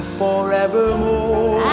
forevermore